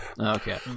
okay